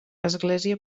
església